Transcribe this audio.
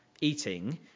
eating